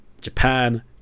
Japan